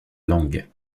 langue